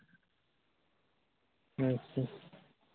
ᱦᱮᱸᱛᱚ